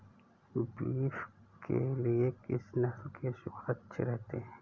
Beef के लिए किस नस्ल के सूअर अच्छे रहते हैं?